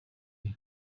muri